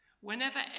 Whenever